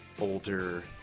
older